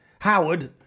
Howard